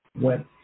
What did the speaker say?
went